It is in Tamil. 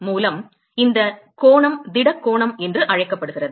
மூலம் இந்த கோணம் திட கோணம் என்று அழைக்கப்படுகிறது